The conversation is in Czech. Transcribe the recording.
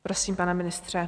Prosím, pane ministře.